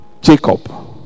Jacob